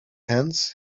hands